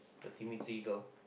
the Timothy girl